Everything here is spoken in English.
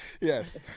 Yes